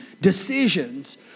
decisions